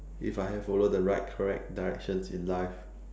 if I had followed the right correct directions in life